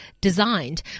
designed